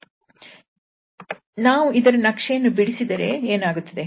ನಾವು ಇದರ ನಕ್ಷೆಯನ್ನು ಬಿಡಿಸಿದರೆ ಏನಾಗುತ್ತದೆ